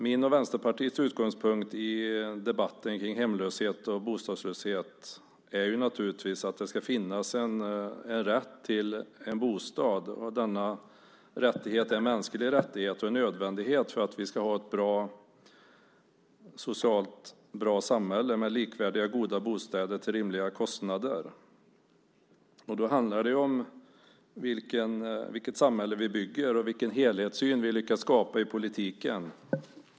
Min och Vänsterpartiets utgångspunkt i debatten om hemlöshet och bostadslöshet är naturligtvis att det ska finnas en rätt till bostad, och denna rättighet är en mänsklig rättighet och en nödvändighet för att vi ska ha ett socialt bra samhälle med likvärdiga goda bostäder till rimliga kostnader. Då handlar det om vilket samhälle vi bygger och vilken helhetssyn vi lyckas skapa i politiken.